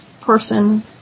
person